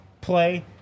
play